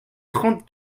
trente